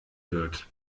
wird